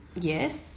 Yes